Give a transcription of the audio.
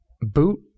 boot